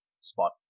Spot